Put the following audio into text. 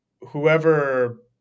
whoever